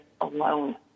alone